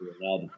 now